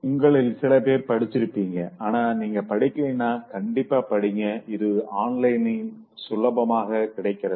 உங்களில் சிலபேர் படிச்சுருப்பீங்க ஆனா நீங்க படிக்கலலேனா கண்டிப்பா படிங்க இது ஆன்லைன்ல சுலபமாக கிடைக்குது